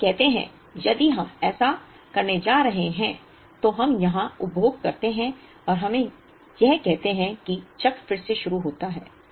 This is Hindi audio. तो हम कहते हैं कि यदि हम ऐसा करने जा रहे हैं तो हम यहां उपभोग करते हैं और हमें यह कहते हैं कि चक्र फिर से शुरू होता है